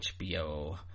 HBO